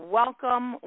welcome